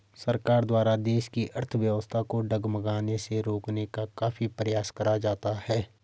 सरकार द्वारा देश की अर्थव्यवस्था को डगमगाने से रोकने का काफी प्रयास करा जाता है